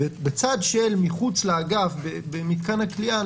בצד של מחוץ לאגף במתקן הכליאה,